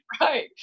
right